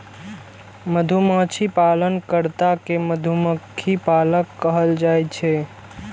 मधुमाछी पालन कर्ता कें मधुमक्खी पालक कहल जाइ छै